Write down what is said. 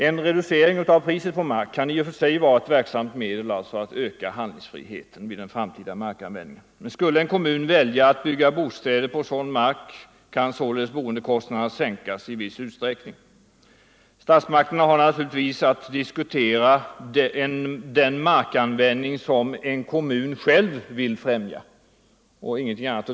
En reducering av priset på mark kan givetvis vara ett verksamt medel för att öka kommunernas handlingsfrihet vid den framtida markanvändningen. Skulle en kommun välja att bygga bostäder på sådan mark kan således boendekostnaderna sänkas i viss utsträckning. Statsmakterna har emellertid att diskutera den markanvändning som en kommun själv vill främja och ingenting annat.